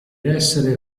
essere